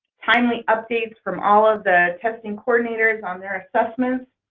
timely updates from all of the testing coordinators on their assessments.